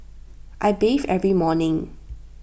I bathe every morning